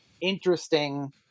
interesting